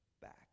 back